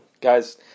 Guys